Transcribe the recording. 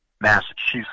Massachusetts